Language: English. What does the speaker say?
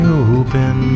open